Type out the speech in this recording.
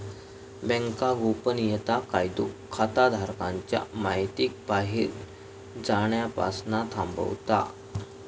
bank गोपनीयता कायदो खाताधारकांच्या महितीक बाहेर जाण्यापासना थांबवता